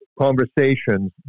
conversations